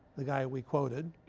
the guy we quoted.